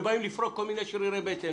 ופורקים ומשחררים כל מיני שרירי בטן.